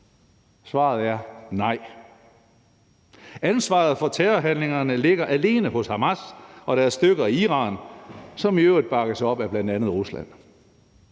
Svaret er: Nej! Ansvaret for terrorhandlingerne ligger alene hos Hamas og deres støtter i Iran, som i øvrigt bakkes op af bl.a. Rusland.